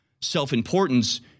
self-importance